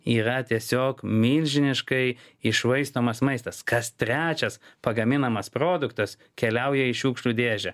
yra tiesiog milžiniškai iššvaistomas maistas kas trečias pagaminamas produktas keliauja į šiukšlių dėžę